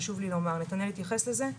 חשוב לי לומר ונתנאל התייחס לזה,